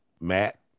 Matt